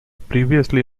previously